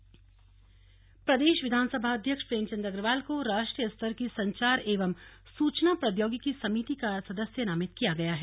विधानसभा अध्यक्ष प्रदेश विधानसभा अध्यक्ष प्रेमचंद अग्रवाल को राष्ट्रीय स्तर की संचार एवं सूचना प्रौद्योगिकी समिति का सदस्य नामित किया गया है